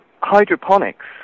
hydroponics